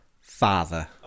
father